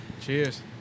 Cheers